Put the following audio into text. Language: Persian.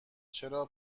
چرا